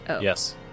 Yes